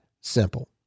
simple